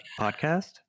podcast